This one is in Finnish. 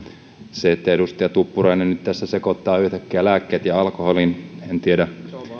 se että edustaja tuppurainen nyt tässä sekoittaa yhtäkkiä lääkkeet ja alkoholin en tiedä